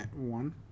One